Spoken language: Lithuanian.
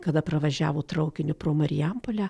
kada pravažiavot traukiniu pro marijampolę